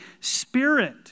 Spirit